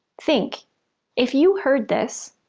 think if you heard this,